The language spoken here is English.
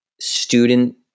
student